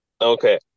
Okay